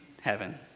heaven